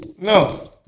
No